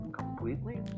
completely